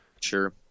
Sure